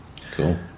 cool